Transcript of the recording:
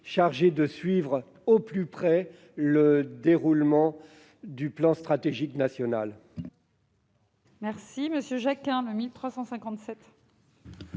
chargé de suivre au plus près le déroulement du plan stratégique national.